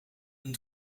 een